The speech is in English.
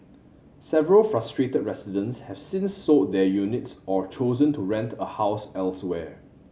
several frustrated residents have since sold their units or chosen to rent a house elsewhere